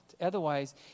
Otherwise